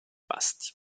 pasti